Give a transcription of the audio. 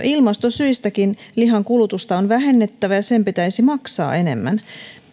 ilmastosyistäkin lihankulutusta on vähennettävä ja sen pitäisi maksaa enemmän